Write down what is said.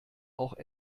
auch